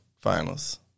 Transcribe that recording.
finals